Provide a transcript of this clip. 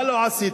מה לא עשיתם?